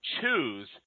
choose